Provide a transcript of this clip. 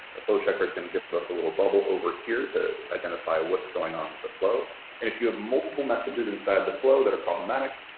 the flow checker is going to give but us a little bubble over here to magnify what's going on with the flow, and if you have multiple messages inside the flow that are problematic,